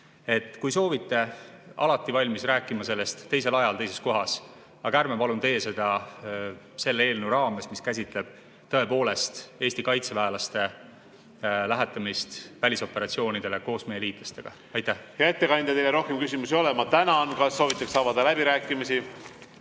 Kui soovite, olen alati valmis rääkima sellest teisel ajal ja teises kohas. Aga ärme palun teeme seda selle eelnõu raames, mis käsitleb Eesti kaitseväelaste lähetamist välisoperatsioonidele koos meie liitlastega. Hea ettekandja, teile rohkem küsimusi ei ole. Ma tänan. Kas soovitakse avada läbirääkimisi?